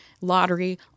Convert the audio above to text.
lottery